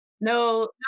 No